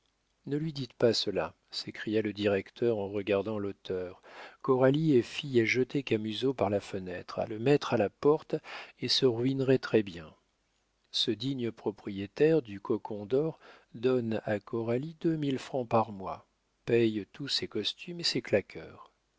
ne lui dites pas cela s'écria le directeur en regardant l'auteur coralie est fille à jeter camusot par la fenêtre à le mettre à la porte et se ruinerait très-bien ce digne propriétaire du cocon dor donne à coralie deux mille francs par mois paye tous ses costumes et ses claqueurs